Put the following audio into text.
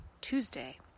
Tuesday